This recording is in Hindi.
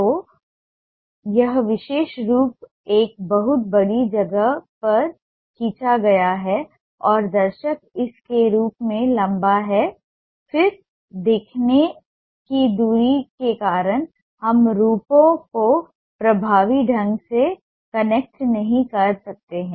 तो यह विशेष रूप एक बहुत बड़ी जगह पर खींचा गया है और दर्शक इस के रूप में लंबा है फिर देखने की दूरी के कारण हम रूपों को प्रभावी ढंग से कनेक्ट नहीं कर सकते हैं